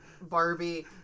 Barbie